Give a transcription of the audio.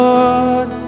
Lord